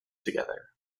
together